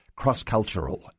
cross-cultural